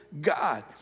God